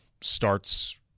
starts